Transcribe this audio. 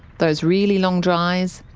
those really long dries,